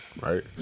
right